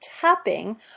tapping